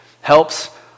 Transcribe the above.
helps